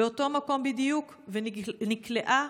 באותו מקום בדיוק ונקלעה